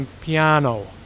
Piano